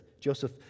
Joseph